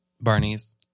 Barney's